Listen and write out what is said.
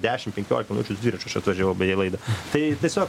dešimt penkiolika minučių dviračiu aš atvažiavau bejeį laidą tai tiesiog